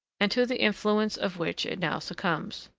and to the influence of which it now succumbs.